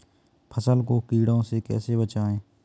फसल को कीड़ों से कैसे बचाएँ?